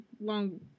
long